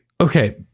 okay